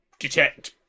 Detect